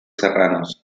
serranos